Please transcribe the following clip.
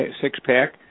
six-pack